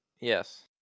Yes